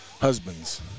husbands